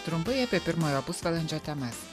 trumpai apie pirmojo pusvalandžio temas